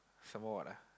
some more what ah